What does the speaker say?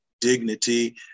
dignity